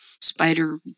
spider